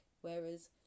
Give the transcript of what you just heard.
Whereas